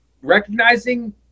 recognizing